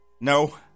no